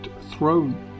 throne